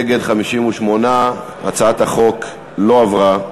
נגד, 58. הצעת החוק לא עברה.